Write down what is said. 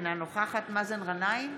אינה נוכחת מאזן גנאים,